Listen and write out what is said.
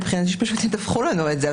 מבחינתי שפשוט ידווחו לנו את זה.